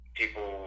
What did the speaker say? people